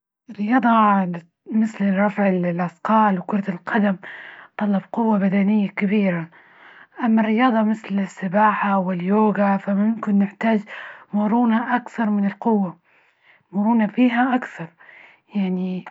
الرياضة مثل رفع الأثقال وكرة القدم، تطلب قوة بدنية كبيرة، أما الرياضة مثل السباحة واليوجا فممكن نحتاج مرونة أكثر من القوة مرونة فيها أكثر يعني.